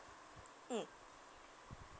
mm